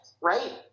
right